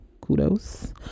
kudos